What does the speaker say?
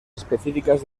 específicas